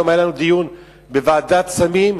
היום היה לנו דיון בוועדת סמים,